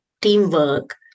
teamwork